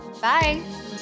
Bye